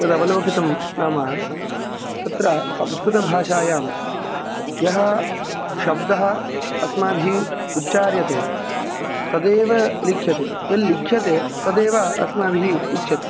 यदवलोकितं नाम तत्र संस्कृतभाषायां यः शब्दः अस्माभिः उच्चार्यते तदेव लिख्यते यल्लिख्यते तदेव अस्माभिः उच्यते